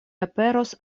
aperos